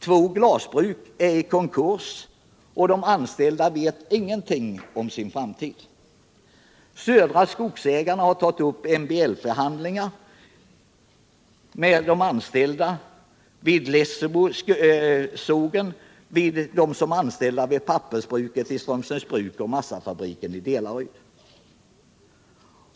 Två glasbruk är i konkurs och de anställda vet ingenting om sin framtid. Södra skogsägarna har tagit upp MBL-förhandlingar med de anställda om nedläggning av sågverk i Lessebo och neddragning av driften vid massaoch pappersbruken i Strömsnäs bruk och Delary.